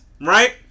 right